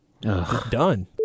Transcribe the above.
Done